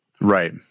Right